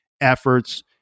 efforts